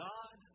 God